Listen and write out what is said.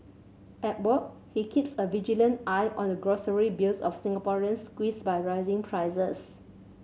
at work he keeps a vigilant eye on the grocery bills of Singaporeans squeezed by rising prices